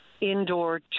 indoor